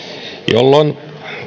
jolloin